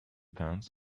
pants